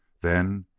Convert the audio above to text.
then,